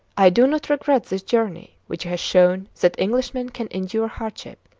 i do not regret this journey which has shown that englishmen can endure hardship,